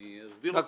בבקשה.